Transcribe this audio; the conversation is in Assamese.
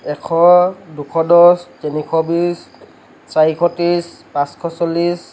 এশ দুশ দছ তিনিশ বিছ চাৰিশ ত্ৰিছ পাঁচশ চল্লিছ